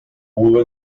pudo